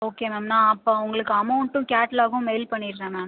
okay ma'am நான் அப்போ அவங்களுக்கு அமௌன்ட்டும் கேட்லாக்கும் மெயில் பண்ணிடுறேன் மேம்